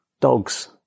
dogs